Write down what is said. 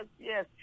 yes